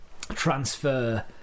transfer